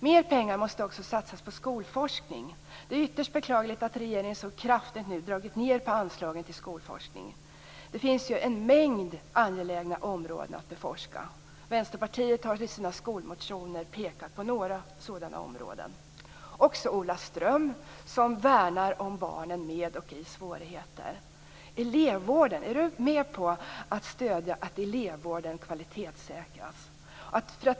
Mer pengar måste också satsas på skolforskning. Det är ytterst beklagligt att regeringen nu dragit ned på anslagen till forskningen. Det finns ju en mängd angelägna områden att forska kring. Vänsterpartiet har i sina motioner om skolan pekat på några sådana områden. Ola Ström värnar om barnen med och i svårigheter. Är han med på att kvalitetssäkra elevvården?